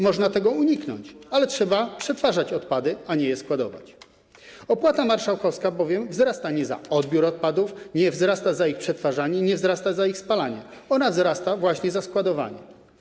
Można tego uniknąć, ale trzeba przetwarzać odpady, a nie je składować, opłata marszałkowska bowiem wzrasta nie za odbiór odpadów - nie wzrasta za ich przetwarzanie, nie wzrasta za ich spalanie - ona wzrasta właśnie za składowanie.